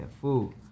food